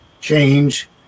change